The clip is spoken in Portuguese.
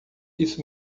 isso